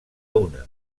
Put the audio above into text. una